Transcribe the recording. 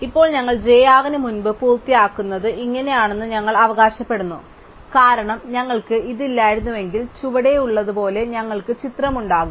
അപ്പോൾ ഞങ്ങൾ j r ന് മുമ്പ് പൂർത്തിയാക്കുന്നത് ഇങ്ങനെയാണെന്ന് ഞങ്ങൾ അവകാശപ്പെടുന്നു കാരണം ഞങ്ങൾക്ക് ഇത് ഇല്ലായിരുന്നുവെങ്കിൽ ചുവടെയുള്ളതുപോലെ ഞങ്ങൾക്ക് ചിത്രം ഉണ്ടാകും